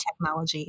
technology